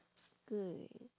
good